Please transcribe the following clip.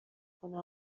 کنه